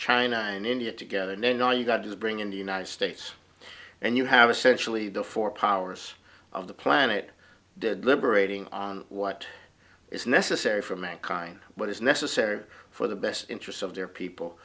china and india together and then all you got to bring in the united states and you have essentially the four powers of the planet did liberating what is necessary for mankind what is necessary for the best interests of their people